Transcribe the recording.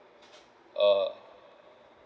uh